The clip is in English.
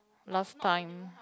last time